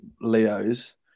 Leos